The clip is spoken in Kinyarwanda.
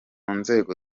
nzego